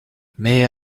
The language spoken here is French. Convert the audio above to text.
mais